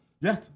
Yes